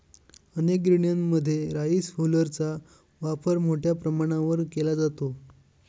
अनेक गिरण्यांमध्ये राईस हुलरचा वापर मोठ्या प्रमाणावर केला जातो